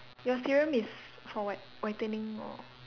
your serum is for what whitening or